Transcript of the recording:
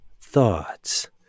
Thoughts